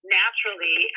naturally